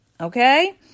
okay